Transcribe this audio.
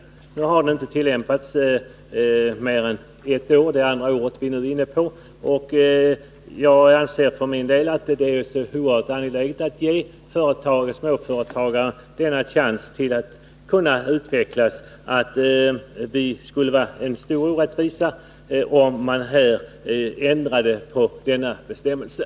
Reglerna har inte tillämpats mer än ett år — vi är nu inne på det andra året — och jag anser för min del att det är oerhört angeläget att ge egenföretagare denna chans att utvecklas. Det skulle enligt min mening innebära en stor orättvisa om man nu ändrade dessa bestämmelser.